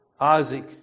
Isaac